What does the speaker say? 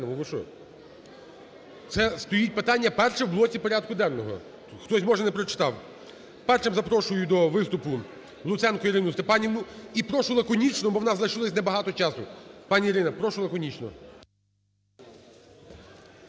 Це стоїть питання перше в блоці порядку денного. Хтось, може, не прочитав. Першим запрошую до виступу Луценко Ірину Степанівну. І прошу лаконічно, бо в нас лишилось не багато часу. Пані Ірина, прошу лаконічно.